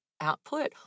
output